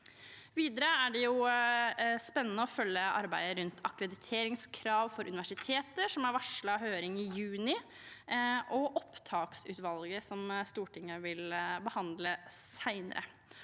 Videre er det spennende å følge arbeidet rundt akkrediteringskrav for universiteter, som har varslet høring i juni, og opptaksutvalget, som Stortinget vil behandle senere.